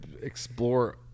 explore